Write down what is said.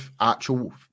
actual